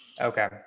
Okay